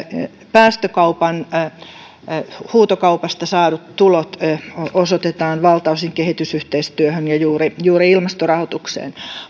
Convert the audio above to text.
päästökaupan huutokaupasta saadut tulot osoitetaan valtaosin kehitysyhteistyöhön ja juuri juuri ilmastorahoitukseen